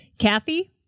Kathy